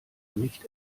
nicht